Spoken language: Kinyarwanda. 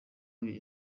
bibiri